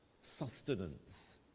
sustenance